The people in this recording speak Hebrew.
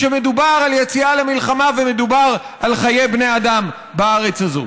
כשמדובר על יציאה על מלחמה ומדובר על חיי בני אדם בארץ הזו.